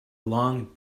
long